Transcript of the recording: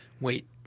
Wait